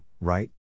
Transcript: right